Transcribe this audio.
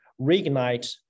reignite